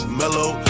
mellow